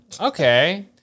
Okay